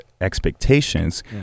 expectations